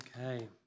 Okay